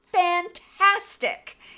fantastic